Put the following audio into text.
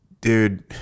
dude